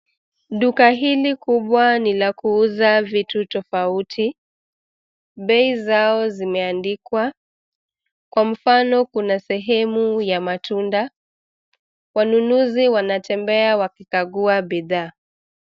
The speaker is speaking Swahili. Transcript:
Duka hili kubwa ni la kuuza vitu tofauti. Bei zao zimeandikwa kwa mfano kuna sehemu ya matunda. Wanunuzi wanatembea wakikagua bidhaa.